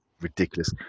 ridiculous